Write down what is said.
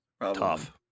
Tough